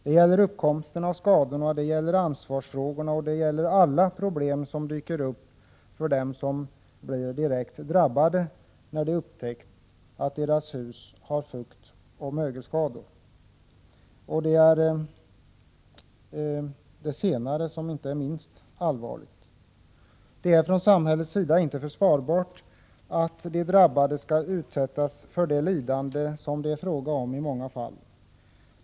Det gäller uppkomsten av skadorna, det gäller ansvarsfrågorna och det gäller alla problem som dyker upp för dem som blir direkt drabbade när de upptäckt att deras hus har fuktoch mögelskador. Det senare är inte minst allvarligt. Det är från samhällets sida inte försvarbart att de drabbade skall utsättas för det lidande som det i många fall är fråga om.